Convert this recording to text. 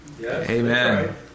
Amen